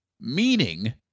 Meaning